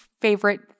favorite